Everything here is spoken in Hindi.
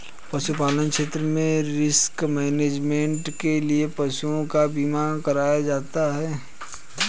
पशुपालन क्षेत्र में रिस्क मैनेजमेंट के लिए पशुओं का बीमा कराया जाता है